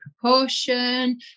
proportion